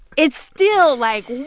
it's still like,